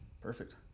Perfect